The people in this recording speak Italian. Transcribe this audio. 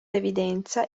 evidenza